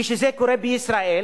כשזה קורה בישראל,